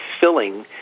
filling